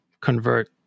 convert